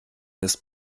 ist